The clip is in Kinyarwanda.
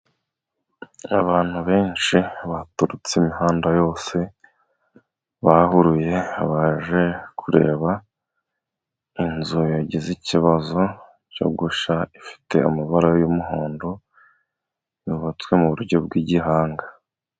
Abantu benshi baturutse imihanda yose, bahuruye baje kureba inzu yagize ikibazo cyo gushya ifite amabara yumuhondo, yubatswe muburyo bwa gihanga.